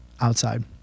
outside